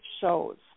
shows